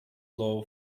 law